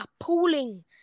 appalling